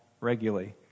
regularly